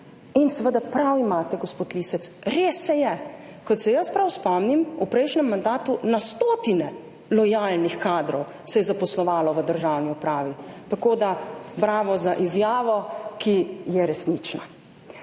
In seveda prav imate, gospod Lisec, res se je, kot se jaz prav spomnim, v prejšnjem mandatu na stotine lojalnih kadrov se je zaposlovalo v državni upravi, tako da bravo za izjavo, ki je resnična.